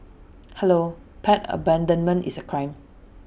hello pet abandonment is A crime